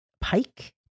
Pike